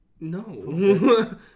No